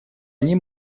они